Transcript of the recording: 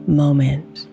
moment